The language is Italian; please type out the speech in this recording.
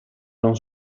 non